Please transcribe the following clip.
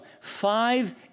five